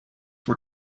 were